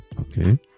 Okay